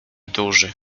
duży